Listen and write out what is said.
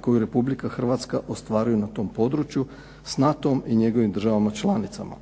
koju Republika Hrvatska ostvaruje na tom području s NATO-om i njegovim državama članicama.